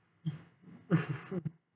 mm